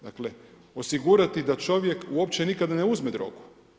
Dakle, osigurati da čovjek uopće nikada ne uzme drogu.